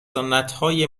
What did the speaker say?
سنتهای